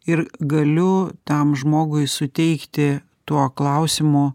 ir galiu tam žmogui suteikti tuo klausimu